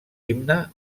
himne